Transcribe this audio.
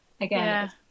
again